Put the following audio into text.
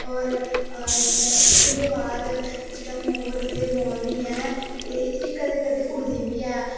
और एहदे बाद जेहड़ा मोर ऐ ते मोरनी ऐ एह् कदें कदें उडदे बी हैन